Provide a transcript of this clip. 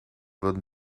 würden